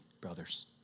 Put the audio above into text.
brothers